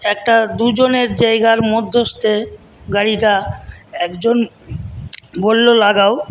একটা দুজনের জায়গার মধ্যস্থে গাড়িটা একজন বলল লাগাও